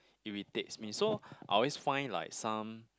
irritates me so I always find like some